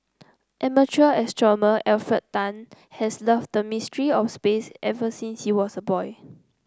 amateur astronomer Alfred Tan has loved the mysteries of space ever since he was a boy